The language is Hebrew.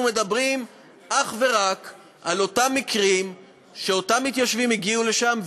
אנחנו מדברים אך ורק על אותם מקרים שאותם מתיישבים הגיעו לשם,